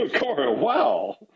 wow